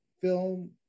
film